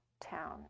town